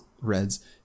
reds